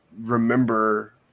remember